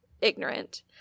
ignorant